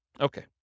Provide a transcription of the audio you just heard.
Okay